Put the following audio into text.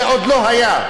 זה עוד לא היה.